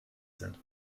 sind